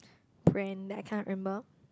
brand that I can't remember